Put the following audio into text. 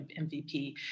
MVP